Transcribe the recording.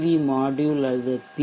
we module அல்லது B